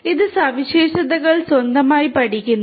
ഇത് സവിശേഷതകൾ സ്വന്തമായി പഠിക്കുന്നു